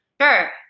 Sure